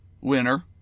winner